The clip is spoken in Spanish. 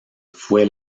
fue